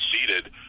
seated